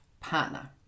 partner